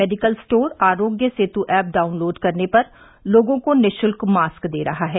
medical store Aarogya Setu app download करने पर लोगों को निशुल्क मास्क दे रहा है